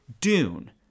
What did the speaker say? Dune